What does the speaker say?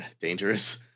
Dangerous